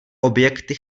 objekty